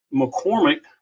McCormick